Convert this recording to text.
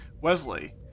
Wesley